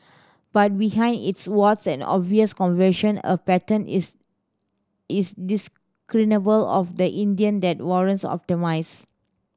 but behind its warts and obvious confusion a pattern is is discernible of the India that warrants optimism